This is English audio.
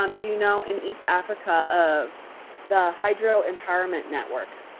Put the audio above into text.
um do you know, in east africa of the hydro empowerment network?